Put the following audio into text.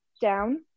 down